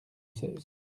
seize